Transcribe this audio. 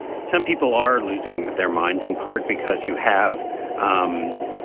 ah some people are losing their minds in part because you have um